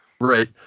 Right